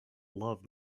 love